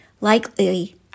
Likely